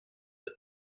der